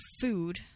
food